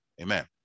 Amen